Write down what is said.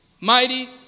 mighty